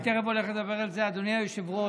אני תכף הולך לדבר על זה, אדוני היושב-ראש.